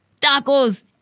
tacos